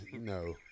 No